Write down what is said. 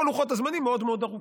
כל לוחות הזמנים מאוד מאוד ארוכים.